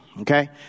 Okay